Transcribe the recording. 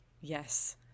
Yes